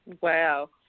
Wow